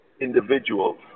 individuals